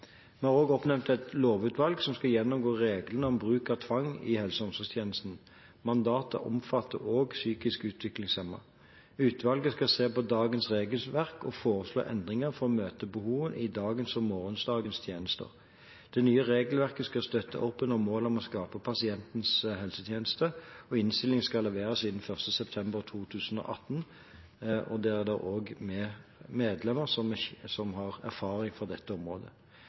Vi har også oppnevnt et lovutvalg som skal gjennomgå reglene om bruk av tvang i helse- og omsorgstjenesten. Mandatet omfatter også psykisk utviklingshemmede. Utvalget skal se på dagens regelverk og foreslå endringer for å møte behovene i dagens og morgendagens tjenester. Det nye regelverket skal støtte opp under målet om å skape pasientens helsetjeneste. Innstillingen skal leveres innen 1. september 2018. Der er det også med medlemmer som har erfaring fra dette området.